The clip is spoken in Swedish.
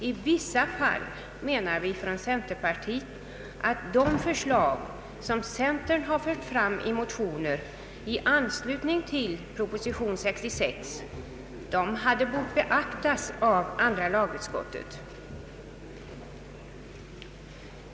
I vissa fall menar vi från centerpartiet att de förslag som centern fört fram i motioner i anslutning till proposition nr 66 bort beaktas av andra lagutskottet.